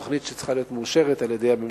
תוכנית שצריכה להיות מאושרת על-ידי הממשלה.